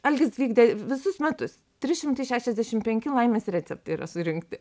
algis vykdė visus metus trys šimtai šešiasdešimt penki laimės receptai yra surinkti